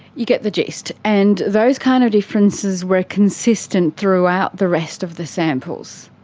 you get the gist. and those kind of differences were consistent throughout the rest of the samples.